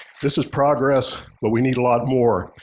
this is progress but we need a lot more.